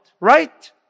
Right